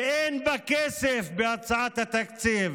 ואין כסף בהצעת התקציב